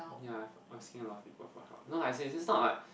ya I'm asking a lot of people for help no lah it's it's not like